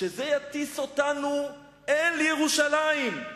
שזה יטיס אותנו אל ירושלים.